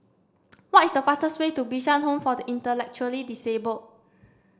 what is the fastest way to Bishan Home for the Intellectually Disabled